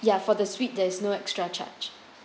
ya for the suite there is no extra charge